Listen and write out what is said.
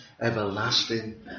everlasting